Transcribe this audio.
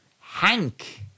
hank